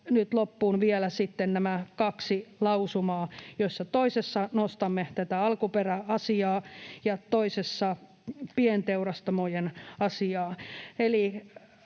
loppuun vielä sitten nämä kaksi lausumaa, joista toisessa nostamme alkuperäasiaa ja toisessa pienteurastamojen asiaa.